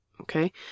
Okay